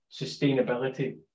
sustainability